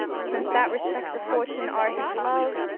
since that respects of fortune are his love,